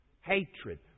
Hatred